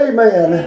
Amen